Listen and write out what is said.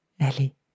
Allez